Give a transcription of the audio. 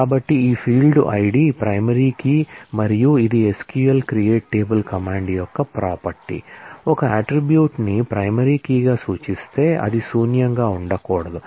కాబట్టి ఈ field ID primary key మరియు ఇది SQL క్రియేట్ టేబుల్ కమాండ్ యొక్క ప్రాపర్టీ ఒక అట్ట్రిబ్యూట్ ని ప్రైమరీ కీగా సూచిస్తే అది శూన్యంగా ఉండకూడదు